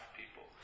people